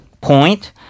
point